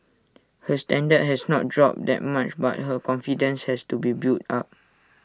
her standard has not dropped that much but her confidence has to be built up